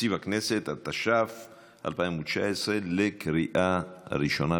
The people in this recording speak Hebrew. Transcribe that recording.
(תקציב הכנסת), התש"ף 2019, לקריאה ראשונה.